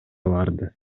барды